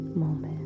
moment